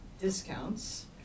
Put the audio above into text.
discounts